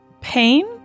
Pain